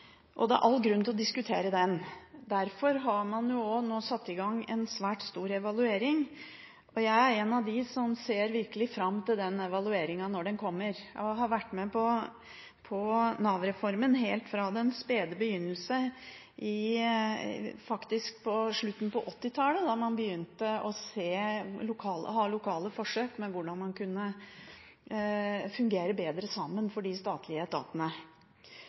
og det er all grunn til å diskutere den. Derfor har man nå satt i gang en svært stor evaluering. Jeg er en av dem som virkelig ser fram til den evalueringen, når den kommer. Jeg har vært med på Nav-reformen helt fra den spede begynnelse på slutten av 1980-tallet, da man begynte å ha lokale forsøk med hvordan de statlige etatene kunne fungere bedre sammen.